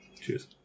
Cheers